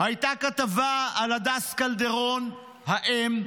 הייתה כתבה על הדס קלדרון האם,